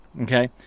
okay